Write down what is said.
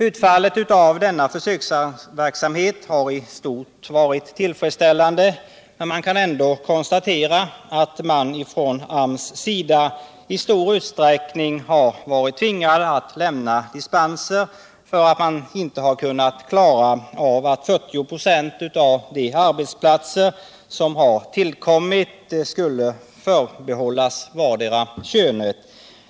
Utfallet av denna försöksverksamhet har i stort varit tillfredsställande, men vi kan ändå konstatera att AMS i stor utsträckning har varit tvingad att lämna dispenser för att man inte har kunnat klara av kravet att 40 96 av de arbetsplatser som har tillkommit skulle förbehållas vartdera könet.